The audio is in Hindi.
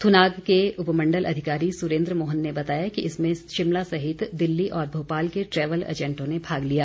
थुनाग के उपमण्डल अधिकारी सुरेन्द्र मोहन ने बताया कि इसमें शिमला सहित दिल्ली और भोपाल के ट्रैवल एजेंटों ने भाग लिया